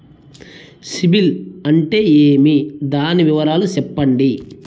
సిబిల్ అంటే ఏమి? దాని వివరాలు సెప్పండి?